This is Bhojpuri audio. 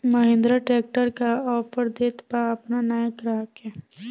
महिंद्रा ट्रैक्टर का ऑफर देत बा अपना नया ग्राहक के?